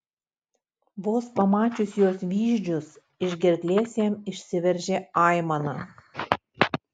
vos pamačius jos vyzdžius iš gerklės jam išsiveržė aimana